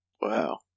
Wow